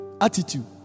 Attitude